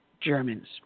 Germans